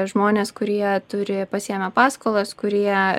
žmones kurie turi pasiėmę paskolas kurie